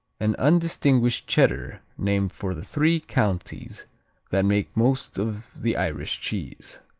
an undistinguished cheddar named for the three counties that make most of the irish cheese.